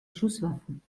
schusswaffen